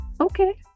okay